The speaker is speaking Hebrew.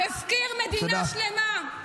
-- הפקיר מדינה שלמה.